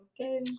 Okay